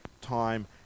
time